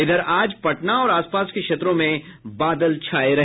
इधर आज पटना और आस पास के क्षेत्रों में बादल छाये रहे